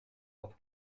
auf